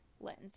lens